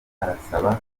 arasaba